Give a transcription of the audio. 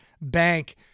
bank